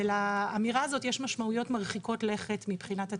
ולאמירה הזאת יש משמעויות מרחיקות לכת מבחינת התכנון.